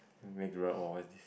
may grew up orh what's this